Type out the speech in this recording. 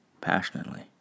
passionately